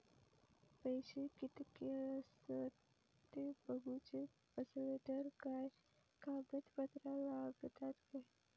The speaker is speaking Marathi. पैशे कीतके आसत ते बघुचे असले तर काय कागद पत्रा लागतात काय?